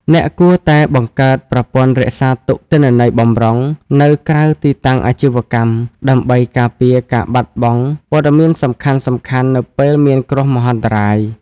អ្នកគួរតែបង្កើត ប្រព័ន្ធរក្សាទុកទិន្នន័យបម្រុង នៅក្រៅទីតាំងអាជីវកម្ម ដើម្បីការពារការបាត់បង់ព័ត៌មានសំខាន់ៗនៅពេលមានគ្រោះមហន្តរាយ។